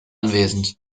anwesend